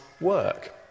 work